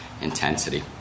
intensity